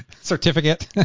certificate